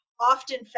often